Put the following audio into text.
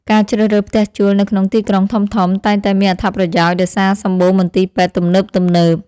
ការជ្រើសរើសផ្ទះជួលនៅក្នុងទីក្រុងធំៗតែងតែមានអត្ថប្រយោជន៍ដោយសារសម្បូរមន្ទីរពេទ្យទំនើបៗ។